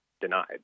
denied